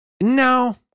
No